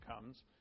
comes